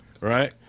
Right